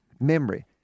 memory